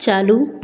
चालू